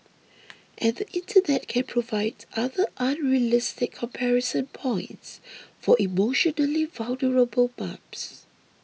and the internet can provide other unrealistic comparison points for emotionally vulnerable mums